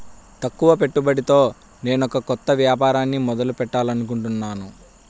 తక్కువ పెట్టుబడితో నేనొక కొత్త వ్యాపారాన్ని మొదలు పెట్టాలనుకుంటున్నాను